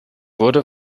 wurde